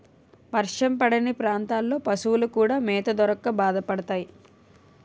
వర్షం పడని ప్రాంతాల్లో పశువులు కూడా మేత దొరక్క బాధపడతాయి